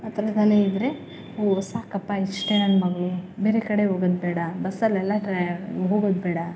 ಹತ್ರದಲ್ಲೇ ಇದ್ದರೆ ಓ ಸಾಕಪ್ಪ ಇಷ್ಟೇ ನನ್ನ ಮಗಳು ಬೇರೆ ಕಡೆ ಹೋಗೋದು ಬೇಡ ಬಸ್ಸಲ್ಲೆಲ್ಲ ಟ್ರಾವ್ ಹೋಗೋದು ಬೇಡ